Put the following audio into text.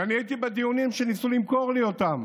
ואני הייתי בדיונים שניסו למכור לי אותן,